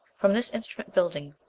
from this instrument building,